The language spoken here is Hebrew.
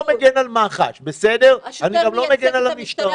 אני לא מגן על מח"ש, אני גם לא מגן על המשטרה.